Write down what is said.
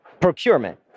Procurement